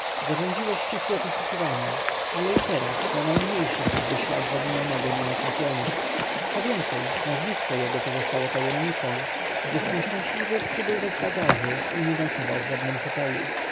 zarządziło ścisłe poszukiwania ale i teraz na najmniejszy choćby ślad zaginionego nie natrafiono co więcej nazwisko jego pozostało tajemnicą gdyż nieszczęśliwy przybył bez bagaży i nie nocował w żadnym hotelu